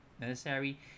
necessary